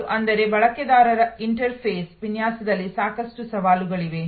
ಮತ್ತು ಅಂದರೆ ಬಳಕೆದಾರ ಇಂಟರ್ಫೇಸ್ ವಿನ್ಯಾಸದಲ್ಲಿ ಸಾಕಷ್ಟು ಸವಾಲುಗಳಿವೆ